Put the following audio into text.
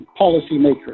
policymakers